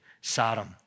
Sodom